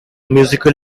musical